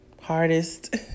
hardest